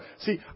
See